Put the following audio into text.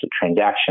transaction